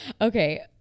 Okay